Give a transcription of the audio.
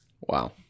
Wow